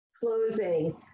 closing